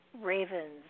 ravens